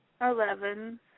Eleven